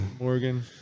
Morgan